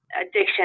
addiction